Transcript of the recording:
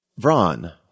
Vron